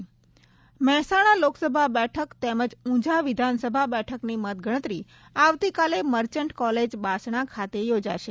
મતગણતરી મહેસાણા મહેસાણા લોકસભા બેઠક તેમજ ઉંઝા વિધાનસભા બેઠકની મતગણતરી આવતીકાલે મર્ચન્ટ કોલેજ બાસણા ખાતે યોજાશે